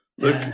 Look